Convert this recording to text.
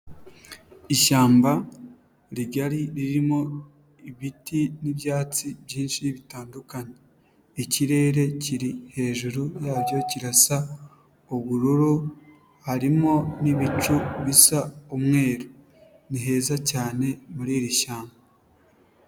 Ishyamba rigari ririmo ibiti n'ibyatsi byinshi bitandukanye; ikirere kiri hejuru yacyo kirasa ubururu harimo ibicu bisa umweru. Ni heza cyane muri iri shyamba.